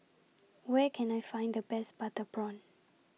Where Can I Find The Best Butter Prawn